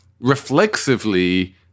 reflexively